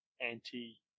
anti